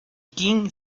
kim